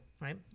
right